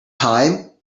time